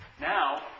Now